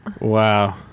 Wow